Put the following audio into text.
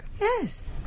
Yes